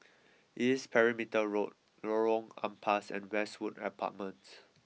East Perimeter Road Lorong Ampas and Westwood Apartments